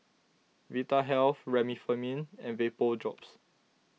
Vitahealth Remifemin and Vapodrops